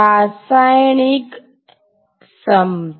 રાસાયણિક ક્ષમતા